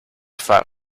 flap